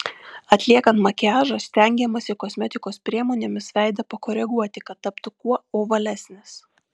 atliekant makiažą stengiamasi kosmetikos priemonėmis veidą pakoreguoti kad taptų kuo ovalesnis